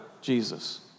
Jesus